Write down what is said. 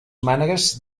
mànegues